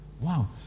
Wow